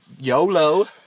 YOLO